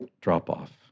drop-off